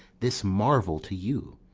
this marvel to you.